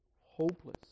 hopeless